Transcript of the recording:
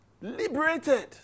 Liberated